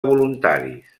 voluntaris